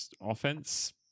offense